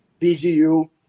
bgu